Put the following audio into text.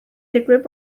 digwydd